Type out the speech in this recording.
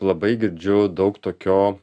labai girdžiu daug tokio